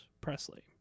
Presley